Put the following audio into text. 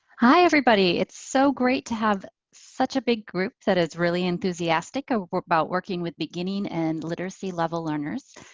hi everybody, it's so great to have such a big group that is really enthusiastic ah about working with beginning and literacy level learners.